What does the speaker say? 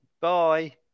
Bye